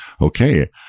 okay